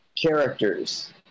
characters